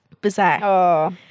bizarre